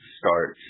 start